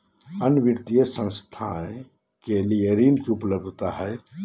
अन्य वित्तीय संस्थाएं के लिए ऋण की उपलब्धता है?